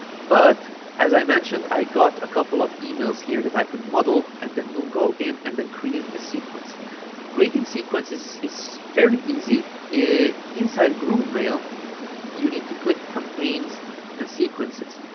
but as i mentioned i got a couple of emails here that i could model and then we'll go in and then create a sequence creating sequences is fairly easy inside groovemail you need to click campaigns and sequences